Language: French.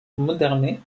moderne